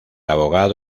abogado